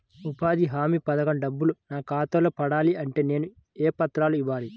ఉపాధి హామీ పథకం డబ్బులు నా ఖాతాలో పడాలి అంటే నేను ఏ పత్రాలు ఇవ్వాలి?